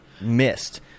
missed